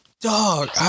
Dog